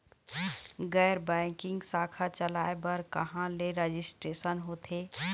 गैर बैंकिंग शाखा चलाए बर कहां ले रजिस्ट्रेशन होथे?